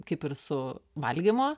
kaip ir su valgymu